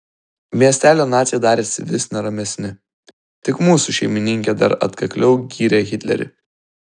miestelio naciai darėsi vis neramesni tik mūsų šeimininkė dar atkakliau gyrė hitlerį